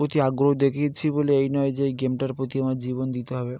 প্রতি আগ্রহ দেখিয়েছি বলে এই নয় যে এই গেমটার প্রতি আমার জীবন দিতে হবে